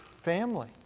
family